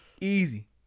Easy